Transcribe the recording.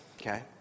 okay